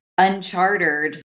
unchartered